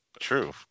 true